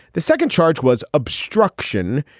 the second charge was obstruction,